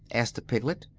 asked a piglet.